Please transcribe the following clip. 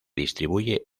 distribuye